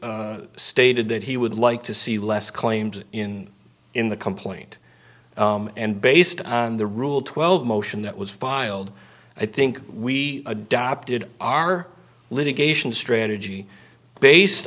essentially stated that he would like to see less claims in in the complaint and based on the rule twelve motion that was filed i think we adopted our litigation strategy based